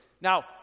Now